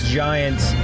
giants